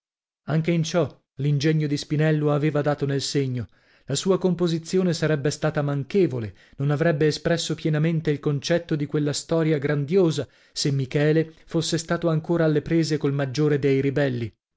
anche in ciò l'ingegno di spinello aveva dato nel segno la sua composizione sarebbe stata manchevole non avrebbe espresso pienamente il concetto di quella storia grandiosa se michele fosse stato ancora alle prese col maggiore dei ribelli